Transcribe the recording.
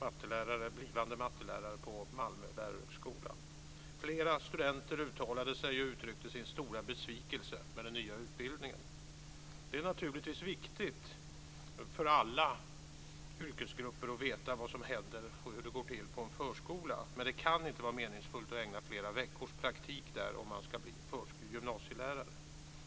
Det var blivande mattelärare på Malmö lärarhögskola. Flera studenter uttalade sig och uttryckte sin stora besvikelse över den nya utbildningen. Det är naturligtvis viktigt för alla yrkesgrupper att veta vad som händer och hur det går till på en förskola, men det kan inte vara meningsfullt att ägna flera veckor åt praktik där om man ska bli gymnasielärare.